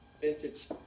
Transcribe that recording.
vintage